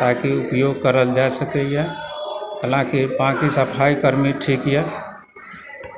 ताकि उपयोग करल जा सकैए हालाँकि बाकी सफाइकर्मी ठीक यऽ